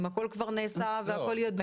אם הכל כבר נעשה והכל ידוע.